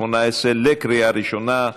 חוק ומשפט להכנה לקריאה שנייה ושלישית.